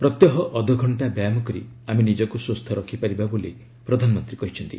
ପ୍ରତ୍ୟହ ଅଧଘଣ୍ଟା ବ୍ୟାୟାମ କରି ଆମେ ନିଜକୁ ସୁସ୍ଥ ରଖିପାରିବା ବୋଲି ପ୍ରଧାନମନ୍ତ୍ରୀ କହିଛନ୍ତି